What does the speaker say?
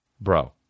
Bro